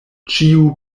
ĉiu